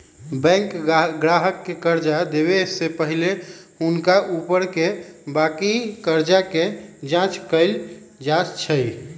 bank गाहक के कर्जा देबऐ से पहिले हुनका ऊपरके बाकी कर्जा के जचाइं कएल जाइ छइ